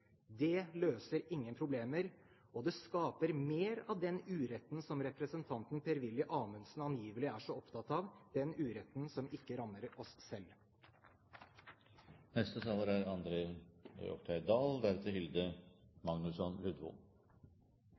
Det løser ingen problemer, og det skaper mer av den uretten som representanten Per-Willy Amundsen angivelig er så opptatt av, den uretten som ikke rammer oss selv. Høyres prinsipielle utgangspunkt er